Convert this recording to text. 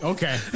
Okay